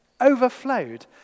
overflowed